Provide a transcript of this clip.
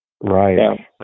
Right